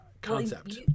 Concept